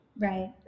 Right